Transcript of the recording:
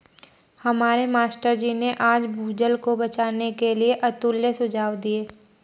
हमारे मास्टर जी ने आज भूजल को बचाने के लिए अतुल्य सुझाव दिए